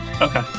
Okay